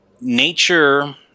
Nature